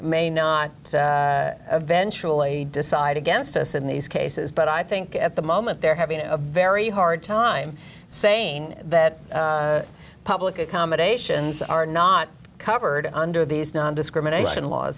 may not eventual a decide against us in these cases but i think at the moment they're having a very hard time saying that public accommodations are not covered under these nondiscrimination laws